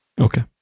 Okay